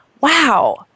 wow